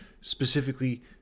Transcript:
specifically